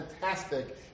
fantastic